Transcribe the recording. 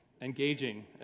engaging